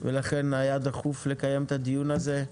ולכן היה דחוף לקיים את הדיון הזה.